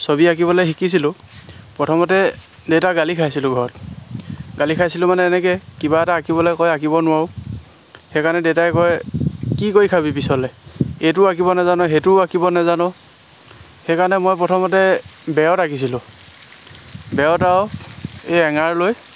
ছবি আঁকিবলৈ শিকিছিলোঁ প্ৰথমতে দেতাৰ গালি খাইছিলোঁ ঘৰত গালি খাইছিলোঁ মানে এনেকৈ কিবা এটা আঁকিবলৈ কয় আঁকিব নোৱাৰোঁ সেইকাৰণে দেতাই কয় কি কৰি খাবি পিছলৈ এইটোও আঁকিব নাজান সেইটোও আঁকিব নাজান সেইকাৰণে মই প্ৰথমতে বেৰত আঁকিছিলোঁ বেৰত আৰু এই এঙাৰ লৈ